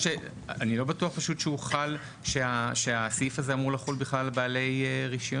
אני לא בטוח פשוט שהסעיף הזה אמור לחול בכלל על בעלי רישיונות.